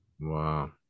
Wow